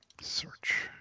Search